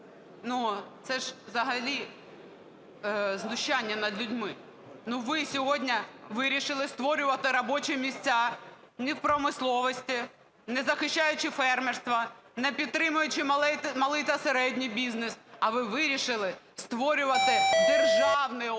це ж взагалі знущання над людьми. Ну, ви сьогодні вирішили створювати робочі місця не в промисловості, не захищаючи фермерство, не підтримуючи малий та середній бізнес, а ви вирішили створювати державні органи